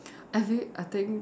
every I think